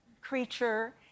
creature